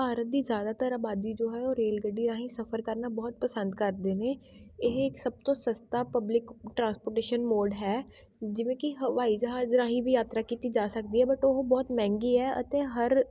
ਭਾਰਤ ਦੀ ਜ਼ਿਆਦਾਤਰ ਆਬਾਦੀ ਜੋ ਹੈ ਉਹ ਰੇਲਗੱਡੀ ਰਾਹੀਂ ਸਫਰ ਕਰਨਾ ਬਹੁਤ ਪਸੰਦ ਕਰਦੇ ਨੇ ਇਹ ਸਭ ਤੋਂ ਸਸਤਾ ਪਬਲਿਕ ਟ੍ਰਾਂਸਪੋਰਟੇਸ਼ਨ ਮੋਡ ਹੈ ਜਿਵੇਂ ਕਿ ਹਵਾਈ ਜਹਾਜ਼ ਰਾਹੀਂ ਵੀ ਯਾਤਰਾ ਕੀਤੀ ਜਾ ਸਕਦੀ ਹੈ ਬਟ ਉਹ ਬਹੁਤ ਮਹਿੰਗੀ ਹੈ ਅਤੇ ਹਰ